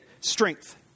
strength